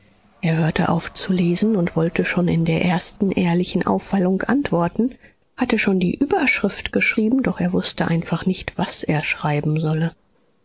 er hörte auf zu lesen und wollte schon in der ersten ehrlichen aufwallung antworten hatte schon die überschrift geschrieben doch er wußte einfach nicht was er schreiben solle